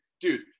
dude